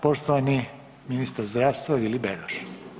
Poštovani ministar zdravstva Vili Beroš.